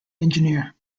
engineer